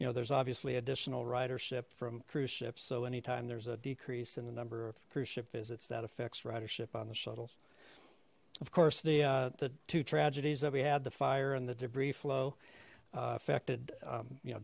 you know there's obviously additional ridership from cruise ships so anytime there's a decrease in the number of cruise ship visits that affects ridership on the shuttles of course the the two tragedies that we had the fire and the debris flow affected you know